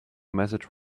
message